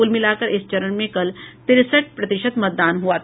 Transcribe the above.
कुल मिलाकर इस चरण में कल तिरेसठ प्रतिशत मतदान हुआ था